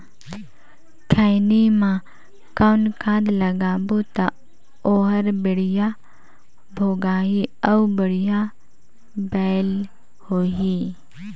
खैनी मा कौन खाद लगाबो ता ओहार बेडिया भोगही अउ बढ़िया बैल होही?